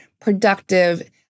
productive